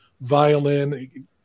violin